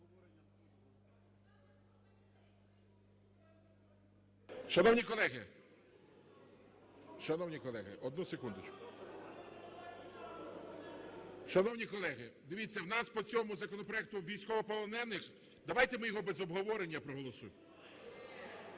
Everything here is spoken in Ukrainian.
Шановні колеги, дивіться, в нас по цьому законопроекту військовополонених… Давайте ми його без обговорення проголосуємо?